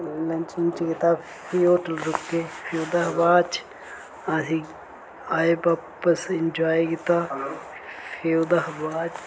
lunch कीता फ्ही hotel रुके फ्ही ओह्दे चा बाद च अस आए बापस एंजॉय कीता फ्ही ओह्दे हा बाद च